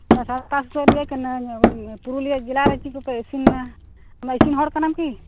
ᱤᱧ ᱫᱚ ᱠᱟᱞᱪᱟᱨᱤᱭᱟᱹ ᱠᱟᱱᱟᱹᱧ ᱯᱩᱨᱩᱞᱤᱭᱟᱹ ᱡᱮᱞᱟ ᱨᱮ ᱪᱮᱫ ᱠᱚᱯᱮ ᱤᱥᱤᱱᱟ ᱟᱢ ᱫᱚ ᱤᱥᱤᱱ ᱦᱚᱲ ᱠᱟᱱᱟᱢ ᱠᱤ